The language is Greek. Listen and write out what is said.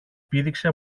πήδηξε